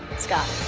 scott.